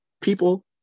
people